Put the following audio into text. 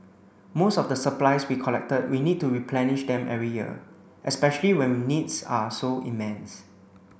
most of the supplies we collected we need to replenish them every year especially when needs are so immense